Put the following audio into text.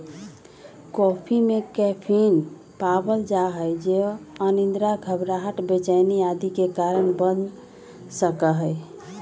coffee में caffeine पावल जा हई जो अनिद्रा, घबराहट, बेचैनी आदि के कारण बन सका हई